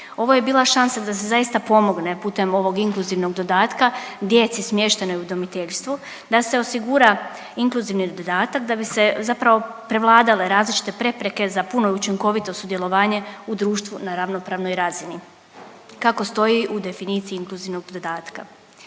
Ovo je bila šansa da se zaista pomogne putem ovog inkluzivnog dodatka djeci smještenoj u udomiteljstvu da se osigura inkluzivni dodatak da bi se zapravo prevladale različite prepreke za puno i učinkovito sudjelovanje u društvu na ravnopravnoj razini, kako stoji u definiciji inkluzivnog dodatka.